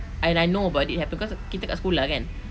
and I know about it happen because kita kat sekolah kan